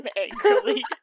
angrily